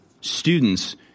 students